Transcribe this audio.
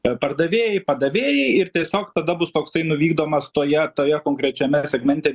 ir pardavėjai padavėjai ir tiesiog tada bus toksai nu vykdomas toje toje konkrečiame segmente